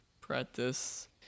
practice